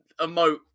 emote